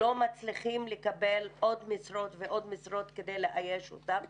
לא מצליחים לקבל עוד משרות ועוד משרות כדי לאייש אותן,